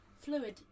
Fluid